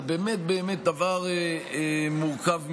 זה באמת באמת דבר מורכב מאוד.